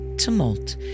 tumult